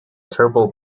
turbo